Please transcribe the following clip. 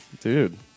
Dude